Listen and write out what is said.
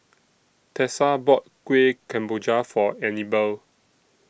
Tessa bought Kuih Kemboja For Anibal